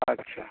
अच्छा